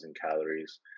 calories